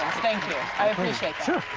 thank you, i appreciate